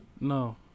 No